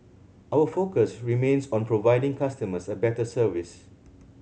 our focus remains on providing customers a better service